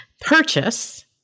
purchase